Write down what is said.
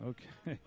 Okay